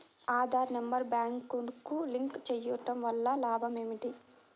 Aadhaar number బ్యాంక్నకు link చేయుటవల్ల లాభం ఏమిటి?